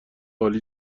عالی